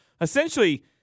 essentially